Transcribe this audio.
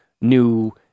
new